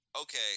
okay